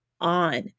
on